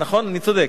נכון, אני צודק?